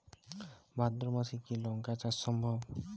ভাদ্র মাসে কি লঙ্কা চাষ সম্ভব?